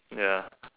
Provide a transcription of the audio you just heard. ya